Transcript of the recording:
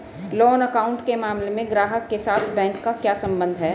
Loan account के मामले में ग्राहक के साथ बैंक का क्या संबंध है?